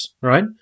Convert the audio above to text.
Right